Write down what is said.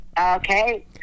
Okay